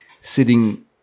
sitting